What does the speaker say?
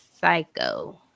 psycho